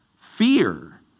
fear